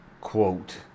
quote